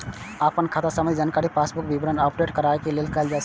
अपन खाता संबंधी जानकारी पासबुक मे विवरणी अपडेट कराके लेल जा सकैए